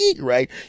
right